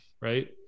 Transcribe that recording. right